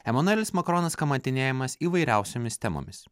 emanuelis makronas kamantinėjamas įvairiausiomis temomis